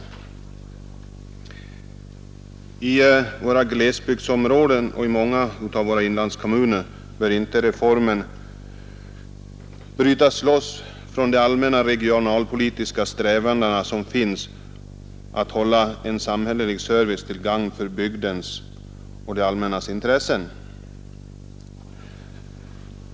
För våra glesbygdsområden och många av våra inlandskommuner bör reformen inte brytas loss från de allmänna regionalpolitiska strävanden som finns att behålla en samhällelig service till gagn för bygdens och det allmännas intressen.